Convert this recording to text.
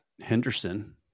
Henderson